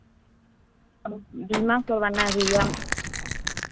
हम बीमा करवाना है भैया